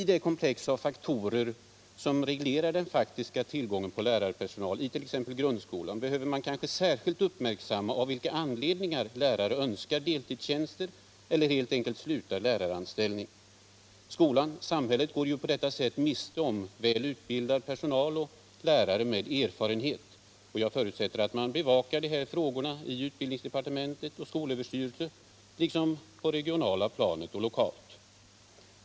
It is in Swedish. I det komplex av faktorer som reglerar den faktiska tillgången på lärarpersonal i t.ex. grundskolan be höver man kanske särskilt uppmärksamma av vilka anledningar lärare önskar deltidstjänster eller helt enkelt avslutar sin läraranställning. Skolan och samhället går på detta sätt miste om väl utbildad personal och lärare med erfarenhet. Jag förutsätter att man bevakar de här frågorna i utbildningsdepartementet och i skolöverstyrelsen liksom regionalt och lokalt.